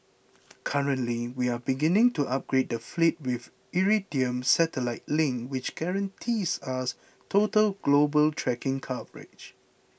currently we are beginning to upgrade the fleet with the Iridium satellite link which guarantees us total global tracking coverage